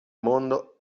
mondo